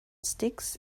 sticks